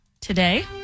today